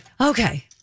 Okay